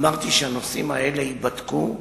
אמרתי שהנושאים האלה ייבדקו,